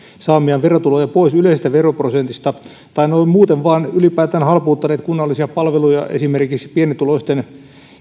saamiaan verotuloja pois yleisestä veroprosentista tai noin muuten vain ylipäätään halpuuttaneet kunnallisia palveluja esimerkiksi pienituloisten